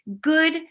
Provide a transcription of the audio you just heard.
Good